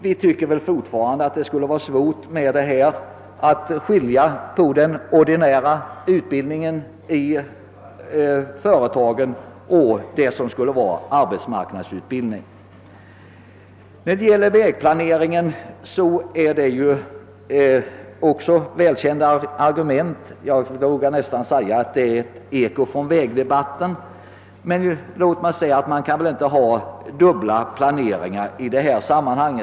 Vi tycker att det skulle vara svårt att skilja på den gängse utbildningen i företagen och det som skulle vara arbetsmarknadsutbildning. Argumenten i fråga om vägplaneringen är också välkända — det är nästan ett eko från vägdebatten. Men det går väl inte att ha dubbelplanering i detta sammanhang.